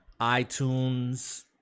iTunes